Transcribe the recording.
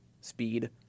Speed